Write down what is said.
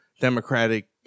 Democratic